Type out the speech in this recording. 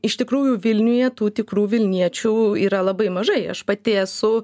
iš tikrųjų vilniuje tų tikrų vilniečių yra labai mažai aš pati esu